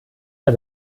der